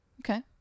Okay